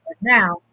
Now